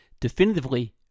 definitively